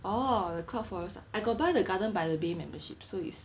oh the cloud forest ah I got buy the garden by the bay membership so is